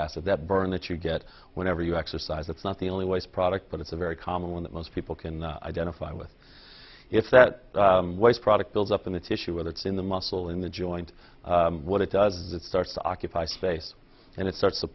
acid that burn that you get whenever you exercise it's not the only waste product but it's a very common one that most people can identify with if that waste product builds up in the tissue and it's in the muscle in the joint what it does that starts to occupy space and it starts to